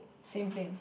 same thing